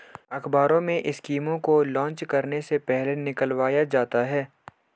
अखबारों में स्कीमों को लान्च करने से पहले निकलवाया जाता है